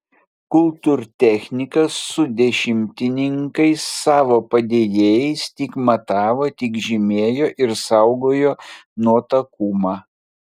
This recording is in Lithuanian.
kultūrtechnikas su dešimtininkais savo padėjėjais tik matavo tik žymėjo ir saugojo nuotakumą